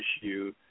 issue